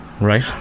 Right